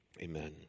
Amen